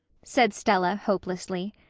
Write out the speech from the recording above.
said stella hopelessly.